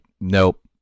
nope